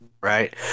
right